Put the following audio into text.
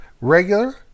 regular